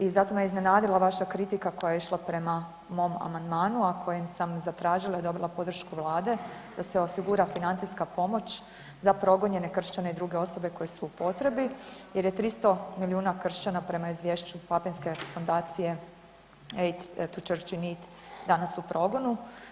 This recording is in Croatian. I zato me iznenadila vaša kritika koja je išla prema mom amandmanu, a kojim sam zatražila i dobila podršku Vlade da se osigura financijska pomoć za progonjene kršćane i druge osobe koje su u potrebi jer je 300 milijuna kršćana prema Izvješću papinske fondacije „Aid to the church in need“ danas u progonu.